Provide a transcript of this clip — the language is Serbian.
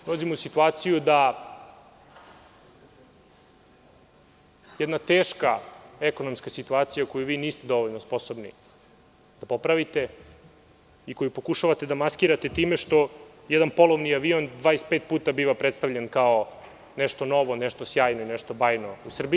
Dolazimo u situaciju da jedna teška ekonomska situacija koju vi niste dovoljno sposobni da popravite i koju pokušavate da maskirate time što jedan polovni avion 25 puta je bio predstavljen kao nešto novo, nešto sjajno, nešto bajno u Srbiji.